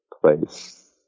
place